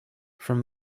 from